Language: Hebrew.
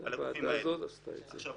הוועדה הזאת עשתה את זה.